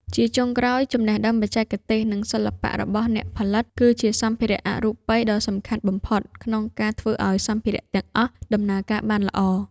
ជាចុងក្រោយ ចំណេះដឹងបច្ចេកទេស និងសិល្បៈរបស់អ្នកផលិត គឺជាសម្ភារៈអរូបិយដ៏សំខាន់បំផុតក្នុងការធ្វើឱ្យសម្ភារៈទាំងអស់ដំណើរការបានល្អ។